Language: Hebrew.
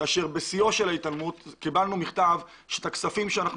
כאשר בשיאה של ההתעלמות קיבלנו מכתב שאת הכספים שאנחנו